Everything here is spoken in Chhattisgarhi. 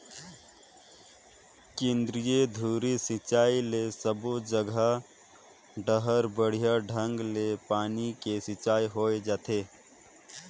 केंद्रीय धुरी सिंचई ले सबो जघा डहर बड़िया ढंग ले पानी के सिंचाई होय जाथे